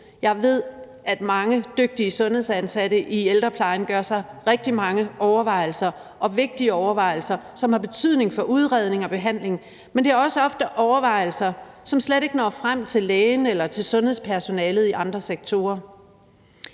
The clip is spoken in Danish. Jeg ved, at mange dygtige sundhedsansatte i ældreplejen gør sig rigtig mange overvejelser og vigtige overvejelser, som har betydning for udredning og behandling, men det er ofte også overvejelser, som slet ikke når frem til lægen eller sundhedspersonalet i andre sektorer.